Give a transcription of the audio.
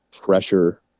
pressure